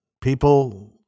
people